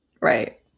Right